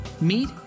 Meet